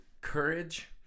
courage